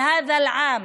(אומרת דברים בשפה הערבית,